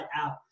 out